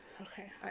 Okay